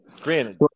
Granted